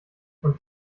und